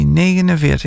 1949